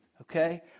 okay